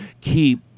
keep